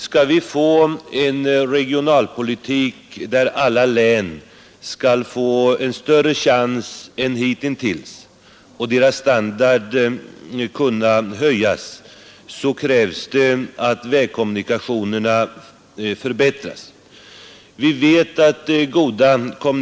Skall vi få en regionalpolitik där alla län skall få en större chans än hitintills att kunna hävda sina egna orter, måste vägkommunikationerna och deras standard spela en avgörande roll.